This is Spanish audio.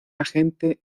agente